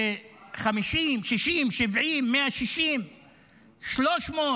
ל-50,000, 60,000, 70,000, 160,000,